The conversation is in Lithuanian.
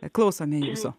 klausme jūsų